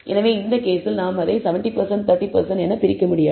எனவே இந்த கேஸில் நாம் அதை 70 30 என பிரிக்க முடியாது